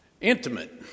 intimate